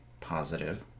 positive